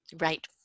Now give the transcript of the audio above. Right